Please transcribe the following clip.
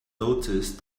noticed